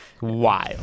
wild